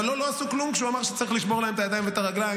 אבל לו לא עשו כלום כשהוא אמר שצריך לשבור להם את הידיים ואת הרגליים.